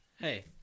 hey